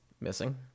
missing